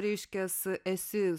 ryškias esi